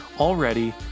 already